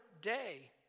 day